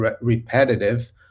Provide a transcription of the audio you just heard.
repetitive